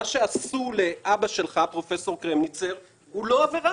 מה שעשו לאבא שלך, פרופסור קרמניצר, הוא לא עבירה.